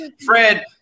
Fred